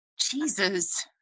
jesus